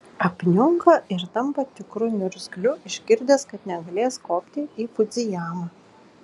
apniunka ir tampa tikru niurzgliu išgirdęs kad negalės kopti į fudzijamą